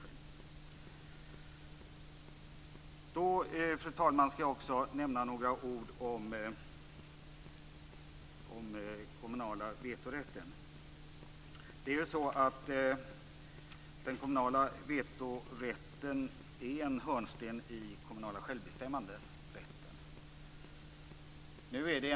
Fru talman! Jag ska också nämna några ord om den kommunala vetorätten. Den kommunala vetorätten är en hörnsten i den kommunala självbestämmanderätten.